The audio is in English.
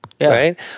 right